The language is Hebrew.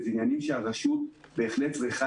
אלה עניינים שהרשות בהחלט צריכה